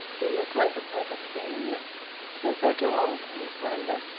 you'll look like a perfect queen in it you're so tall and slender.